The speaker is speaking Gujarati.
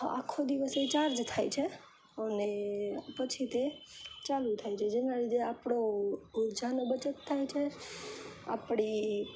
તો આખો દિવસ એ ચાર્જ થાય છે અને પછી તે ચાલુ થાય છે જેના લીધે આપણો ઊર્જાનો બચત થાય છે આપણી